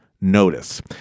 notice